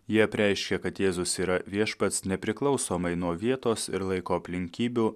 jie apreiškia kad jėzus yra viešpats nepriklausomai nuo vietos ir laiko aplinkybių